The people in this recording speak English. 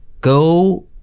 Go